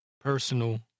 personal